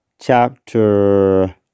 chapter